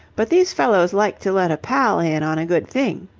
but these fellows like to let a pal in on a good thing.